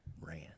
ran